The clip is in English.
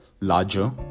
larger